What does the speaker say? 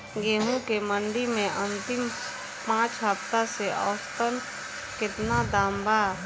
गेंहू के मंडी मे अंतिम पाँच हफ्ता से औसतन केतना दाम बा?